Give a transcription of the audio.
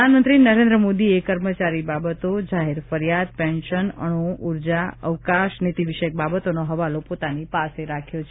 પ્રધાનમંત્રી નરેન્દ્ર મોદીએ કર્મચારી બાબતો જાહેર ફરિયાદ પેન્શન અણુ ઉર્જા અવકાશ નિતીવિષયક બાબતોનો હવાલો પોતાની પાસે રાખ્યો છે